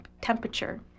temperature